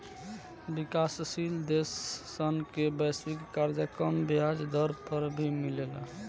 विकाशसील देश सन के वैश्विक कर्जा कम ब्याज दर पर भी मिलेला